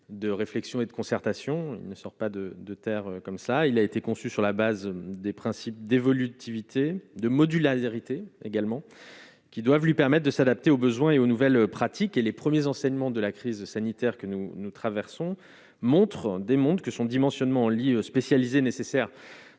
de réflexion et de concertation ne sort pas de de terre comme ça, il a été conçu sur la base des principes d'évolutivité de modules la vérité également qui doivent lui permettent de s'adapter aux besoins et aux nouvelles pratiques et les premiers enseignements de la crise sanitaire que nous nous traversons montrent démontre que son dimensionnement spécialisé nécessaire